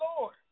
Lord